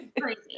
crazy